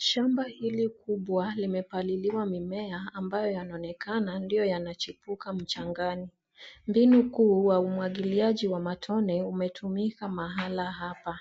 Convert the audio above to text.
Shamba hili kubwa limepaliliwa mimea ambayo yanaonekana ndiyo yanachipuka mchangani. Mbinu kuu wa umwagiliaji wa matone umetumika mahali hapa.